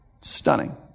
stunning